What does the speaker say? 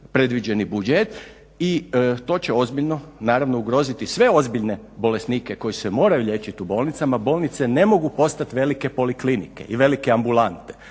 predviđeni budžet i to će ozbiljno naravno ugroziti sve ozbiljne bolesnike koji se moraju liječiti u bolnicama, bolnice ne mogu postavit velike poliklinike i velike ambulante,